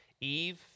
Eve